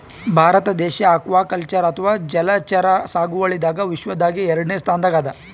ಭಾರತ ದೇಶ್ ಅಕ್ವಾಕಲ್ಚರ್ ಅಥವಾ ಜಲಚರ ಸಾಗುವಳಿದಾಗ್ ವಿಶ್ವದಾಗೆ ಎರಡನೇ ಸ್ತಾನ್ದಾಗ್ ಅದಾ